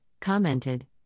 commented